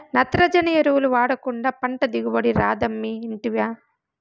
నత్రజని ఎరువులు వాడకుండా పంట దిగుబడి రాదమ్మీ ఇంటివా